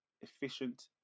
efficient